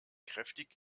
kräftig